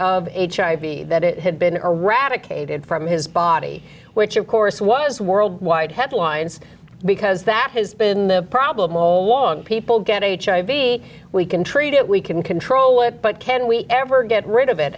hiv that it had been eradicated from his body which of course was worldwide headlines because that has been the problem all along people get hiv we can treat it we can control it but can we ever get rid of it